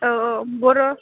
औ औ बर'